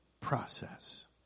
process